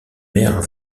mère